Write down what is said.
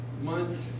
months